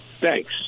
Thanks